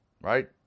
right